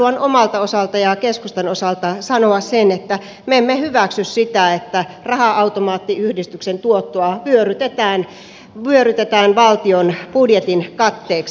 haluan omalta osaltani ja keskustan osalta sanoa sen että me emme hyväksy sitä että raha automaattiyhdistyksen tuottoa vyörytetään valtion budjetin katteeksi